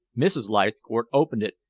mrs. leithcourt opened it,